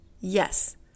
yes